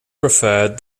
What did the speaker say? preferred